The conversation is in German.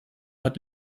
hat